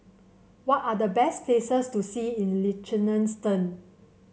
what are the best places to see in Liechtenstein